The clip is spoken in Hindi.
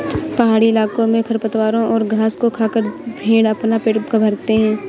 पहाड़ी इलाकों में खरपतवारों और घास को खाकर भेंड़ अपना पेट भरते हैं